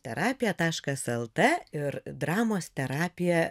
terapija taškas lt ir dramos terapija